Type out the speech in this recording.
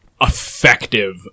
effective